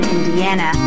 Indiana